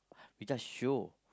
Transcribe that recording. you just show